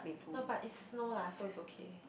no but it's snow lah so it's okay